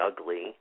ugly